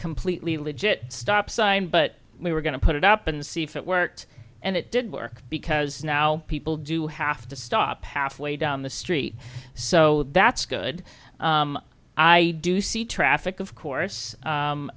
completely legit stop sign but we were going to put it up and see if it worked and it didn't work because now people do have to stop halfway down the street so that's good i do see traffic of course